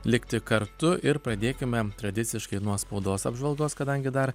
likti kartu ir pradėkime tradiciškai nuo spaudos apžvalgos kadangi dar